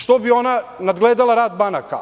Što bi ona nadgledala rad banaka?